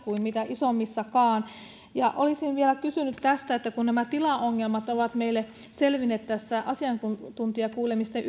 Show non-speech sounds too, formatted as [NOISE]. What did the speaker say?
kuin isommissakaan ja olisin vielä kysynyt kun tilaongelmat ovat meille selvinneet asiantuntijakuulemisten [UNINTELLIGIBLE]